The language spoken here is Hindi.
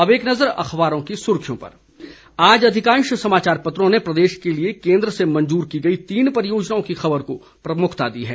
अब एक नजर अखबारों की सुर्खियों पर आज अधिकांश समाचार पत्रों ने प्रदेश के लिए केंद्र से मंजूर की गई तीन परियोजनाओं की खबर को प्रमुखता दी है